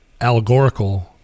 allegorical